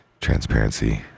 Transparency